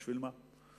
בשביל מה?